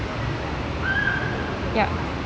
yup